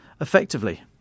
effectively